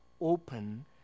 open